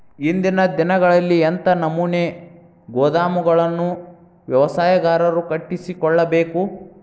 ಇಂದಿನ ದಿನಗಳಲ್ಲಿ ಎಂಥ ನಮೂನೆ ಗೋದಾಮುಗಳನ್ನು ವ್ಯವಸಾಯಗಾರರು ಕಟ್ಟಿಸಿಕೊಳ್ಳಬೇಕು?